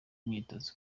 imyitozo